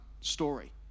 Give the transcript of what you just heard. story